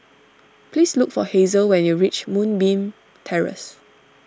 please look for Hazel when you reach Moonbeam Terrace